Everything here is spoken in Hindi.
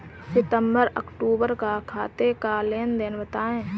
सितंबर अक्तूबर का खाते का लेनदेन बताएं